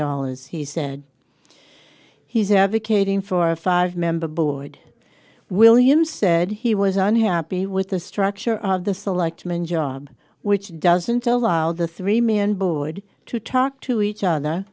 dollars he said he's advocating for a five member board williams said he was unhappy with the structure of the select meant job which doesn't allow the three million board to talk to each other